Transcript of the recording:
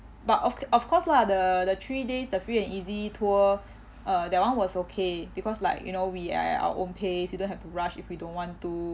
but of c~ of course lah the the three days the free and easy tour uh that one was okay because like you know we are at our own pace you don't have to rush if we don't want to